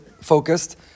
focused